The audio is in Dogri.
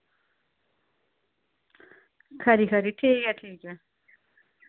खरी खरी ठीक ऐ ठीक ऐ